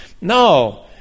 No